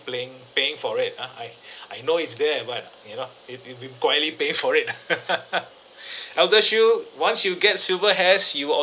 playing paying for it ah I I know it's there but you know you've you've been quietly paying for it ElderShield once you get silver hairs you will